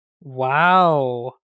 Wow